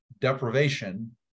deprivation